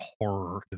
horror